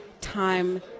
time